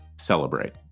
celebrate